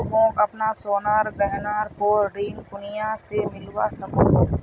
मोक अपना सोनार गहनार पोर ऋण कुनियाँ से मिलवा सको हो?